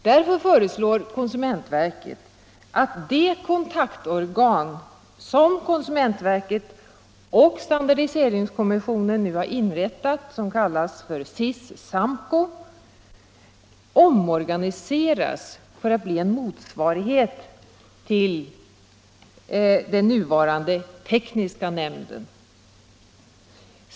Därför föreslår konsumentverket att det kontaktorgan som konsumentverket och standardiseringskommissionen nu har inrättat och som kallas SIS-SAMKO omorganiseras för att bilda en motsvarighet till den nuvarande tekniska nämnden.